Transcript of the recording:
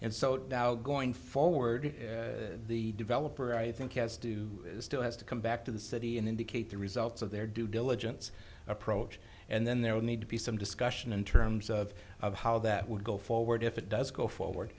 and so doubt going forward the developer i think has do still has to come back to the city and indicate the results of their due diligence approach and then there would need to be some discussion in terms of of how that would go forward if it does go